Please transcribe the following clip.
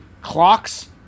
clocks